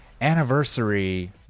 anniversary